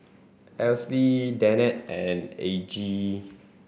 Alcie Li Danette and Argie